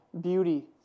beauty